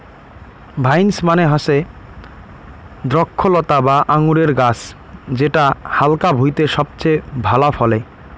vines মানে হসে দ্রক্ষলতা বা আঙুরের গাছ যেটা হালকা ভুঁইতে সবচেয়ে ভালা ফলে